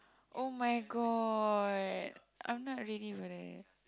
oh-my-god I'm not ready for this